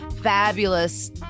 fabulous